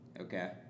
Okay